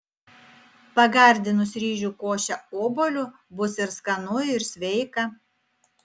pagardinus ryžių košę obuoliu bus ir skanu ir sveika